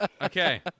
Okay